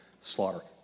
slaughter